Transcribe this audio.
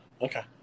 Okay